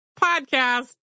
podcast